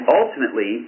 ultimately